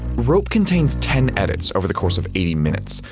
rope contains ten edits over the course of eighty minutes.